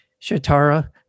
Shatara